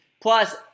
Plus